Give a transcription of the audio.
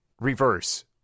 Reverse